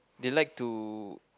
they like to